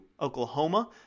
Oklahoma